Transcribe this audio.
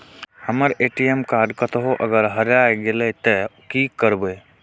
हमर ATM card कतहो अगर हेराय गले ते की करबे?